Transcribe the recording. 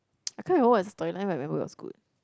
I can't remember what's the storyline but I remember it was good